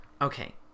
Okay